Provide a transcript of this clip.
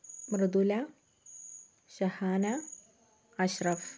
Mridula Shahana Ashraf